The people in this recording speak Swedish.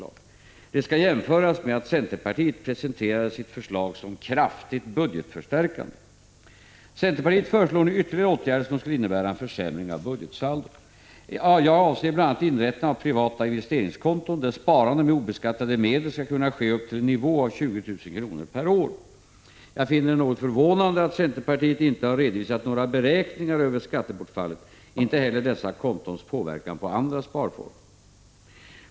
Detta skall jämföras med att centerpartiet presenterade sitt förslag som kraftigt budgetförstärkande. Centerpartiet förslår nu ytterligare åtgärder som skulle innebära en försämring av budgetsaldot. Jag avser bl.a. inrättandet av privata investeringskonton där sparande med obeskattade medel skall kunna ske upp till en nivå av 20 000 kr. per år. Jag finner det något förvånande att centerpartiet inte har redovisat några beräkningar över skattebortfallet, inte heller dessa kontons påverkan på andra sparformer.